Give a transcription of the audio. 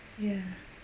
ya